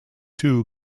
two